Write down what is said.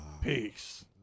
Peace